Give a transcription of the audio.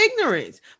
ignorance